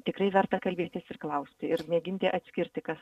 tikrai verta kalbėtis ir klausti ir mėginti atskirti kas